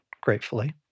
gratefully